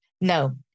no